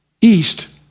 east